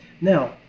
Now